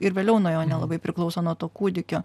ir vėliau nuo jo nelabai priklauso nuo to kūdikio